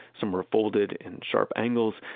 some were folded in sharp angles.